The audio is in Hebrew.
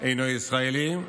אינו ישראלי,